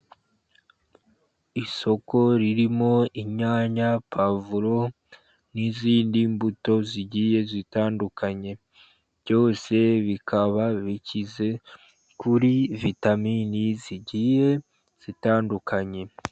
Isoko ririmo inyanya, pwavuro n'izindi mbuto zigiye zitandukanye. Byose bikaba bikize kuri vitamini zigiye zitandukanye.